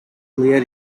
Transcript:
clear